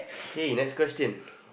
okay next question